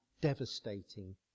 devastating